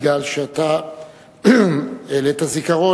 כי אתה העלית זיכרון,